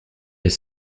mais